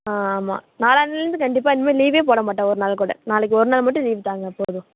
ஆ ஆமாம் நாளான்னிலருந்து கண்டிப்பாக இனிமேல் லீவ்வே போடமாட்டாள் ஒரு நாள் கூட நாளைக்கு ஒரு நாள் மட்டும் லீவ் தாங்க போதும்